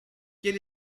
quel